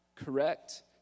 Correct